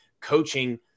coaching